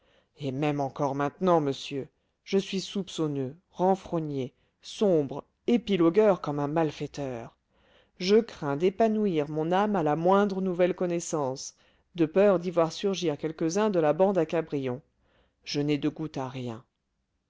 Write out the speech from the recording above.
et même encore maintenant monsieur je suis soupçonneux renfrogné sombre épilogueur comme un malfaiteur je crains d'épanouir mon âme à la moindre nouvelle connaissance de peur d'y voir surgir quelques-uns de la bande à cabrion je n'ai de goût à rien